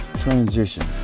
transition